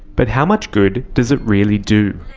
but how much good does it really do?